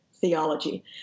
theology